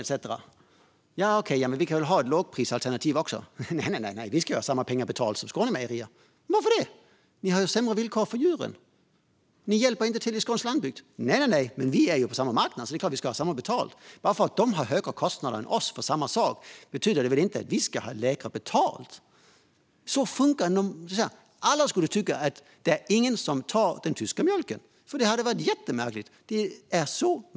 Vi går med på att ha ett lågprisalternativ, men leverantören vill ha samma pengar som Skånemejerier. Varför det, säger vi, ni har ju sämre villkor för djuren och hjälper inte skånsk landsbygd. Då säger de att de är på samma marknad och ska ha lika mycket betalt och att Skånemejeriers högre kostnader för samma vara inte betyder att de ska få mindre betalt. Ingen skulle ta den tyska mjölken till samma pris, för det hade varit jättemärkligt.